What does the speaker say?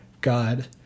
god